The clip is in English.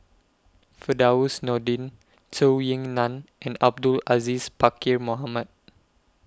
Firdaus Nordin Zhou Ying NAN and Abdul Aziz Pakkeer Mohamed